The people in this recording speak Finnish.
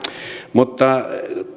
mutta